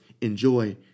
enjoy